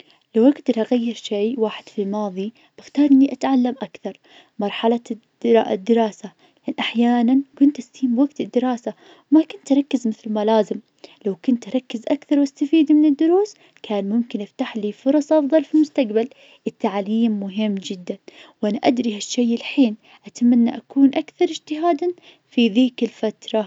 لو اقدراغير شي واحد في الماضي بختار إني أتعلم أكثر, مرحلة الدراسة أحياناً كنت استهين بوقت الدراسة, ما كنت اركز مثل ما لازم, لو كنت أركز أكثر واستفيد من الدروس, كان ممكن أفتح لي فرص أفضل في المستقبل, التعليم مهم جداً, وأنا أدري هالشي الحين, أتمنى أكون أكثر اجتهاداً في ذيك الفترة.